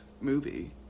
movie